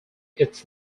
its